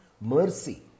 mercy